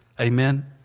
Amen